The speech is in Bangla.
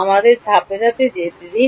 আমাদের ধাপে ধাপে যেতে দিন